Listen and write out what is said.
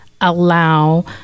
allow